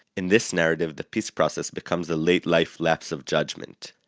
in this narrative the peace process becomes a late-life lapse of judgement,